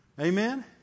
Amen